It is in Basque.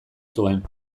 zuen